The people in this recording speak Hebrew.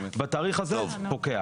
בתאריך הזה פוקע.